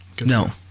no